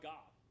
God